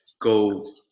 go